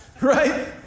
right